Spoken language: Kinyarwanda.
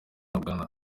rugana